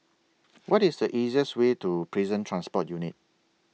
What IS The easiest Way to Prison Transport Unit